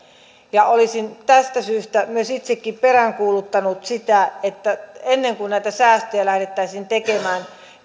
olisin tästä syystä myös itsekin peräänkuuluttanut sitä että ennen kuin näitä säästöjä lähdettäisiin tekemään